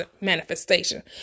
manifestation